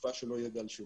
בתקווה שלא יהיה גל שני: